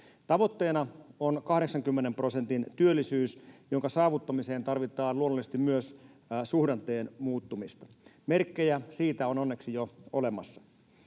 Tavoitteena on 80 prosentin työllisyys, jonka saavuttamiseen tarvitaan luonnollisesti myös suhdanteen muuttumista. Merkkejä siitä on onneksi jo olemassa.